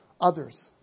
others